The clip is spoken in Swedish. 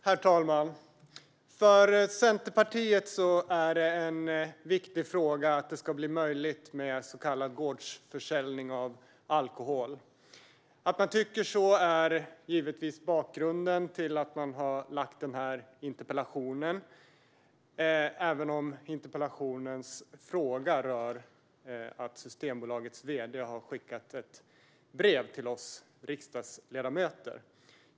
Herr talman! För Centerpartiet är det en viktig fråga att det ska bli möjligt med så kallad gårdsförsäljning av alkohol. Att man tycker så är givetvis bakgrunden till att man har ställt interpellationen, även om dess fråga rör att Systembolagets vd har skickat ett brev till oss riksdagsledamöter.